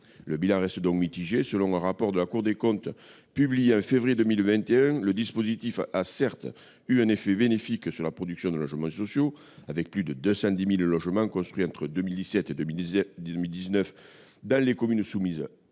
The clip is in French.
Le bilan reste donc mitigé. Selon un rapport de la Cour des comptes publié au mois de février 2021, le dispositif a certes eu un effet bénéfique sur la production de logements sociaux, avec plus de 210 000 logements construits entre 2017 et 2019 dans les communes soumises